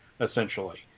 essentially